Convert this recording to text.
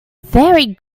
very